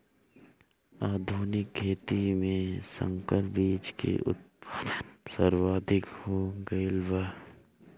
आधुनिक खेती में संकर बीज के उत्पादन सर्वाधिक हो गईल बा